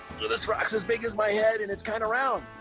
this rock's as big as my head and it's kind of round.